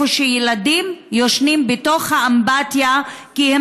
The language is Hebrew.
שבו ילדים ישנים בתוך האמבטיה כי הם